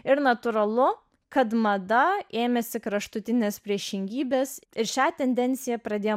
ir natūralu kad mada ėmėsi kraštutinės priešingybės ir šią tendenciją pradėjo